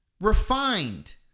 refined